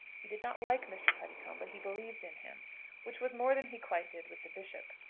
he did not like mr. puddicombe, but he believed in him which was more than he quite did with the bishop.